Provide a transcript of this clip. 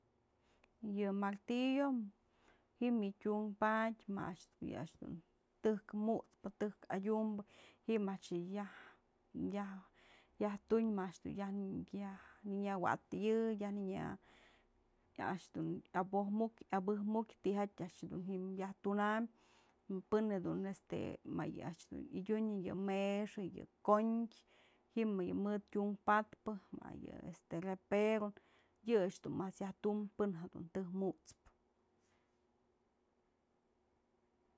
Yë martillo ji'im yë tyunk padyë ma a'ax dun, yë a'ax dun tëjk mut'spë, tëjk adyumbë, ji'im a'ax yë yaj, yaj, yaj tunyë më a'ax dun yaj nënyë wa'atënyëjën, yaj nënyä je'e a'ax dun yawojmukyë yabëjmukyën tijatyë a'ax dun ji'im yaj tunamë pën jedun este mayë a'ax dun yadyunyën yë mexë, yë kondyë, ji'im yë mëd tyunpadpë ma yë este roperën, yë a'ax dun mas yajtum pën jedun tëjk mut'spë.